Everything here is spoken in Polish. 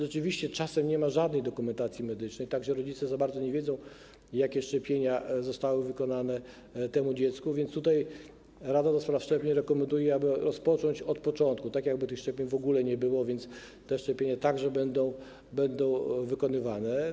Rzeczywiście czasem nie ma żadnej dokumentacji medycznej, tak że rodzice za bardzo nie wiedzą, jakie szczepionki zostały podane temu dziecku, więc tutaj rada ds. szczepień rekomenduje, aby zacząć od początku, tak jakby tych szczepień w ogóle nie było, więc te szczepienia także będą wykonywane.